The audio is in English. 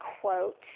quote